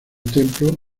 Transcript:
templo